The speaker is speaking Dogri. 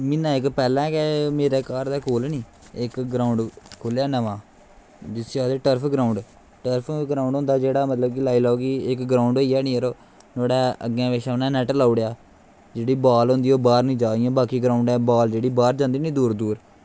महीना इक पैह्लैं गै मेरै घर दै कोल नी इक ग्राउंड़ खुल्लआ नमां जिसी आखदे टर्फ ग्राउंड़ टर्फ ग्राउंड़ होंदा लाई लैओ कि इक ग्राउंड़ होंदी नी नोहाड़े अग्गैं पिच्छैं उनैं नैट लाई ओड़ेआ जेह्की बॉल होंदी ओह् बाह्र नी जां बाकी ग्राउंडै बॉल इयां बाह्र जंदी नी दूर दूर